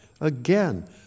again